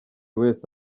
wese